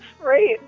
right